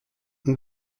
the